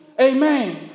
Amen